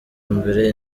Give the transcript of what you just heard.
mbere